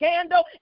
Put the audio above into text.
Candle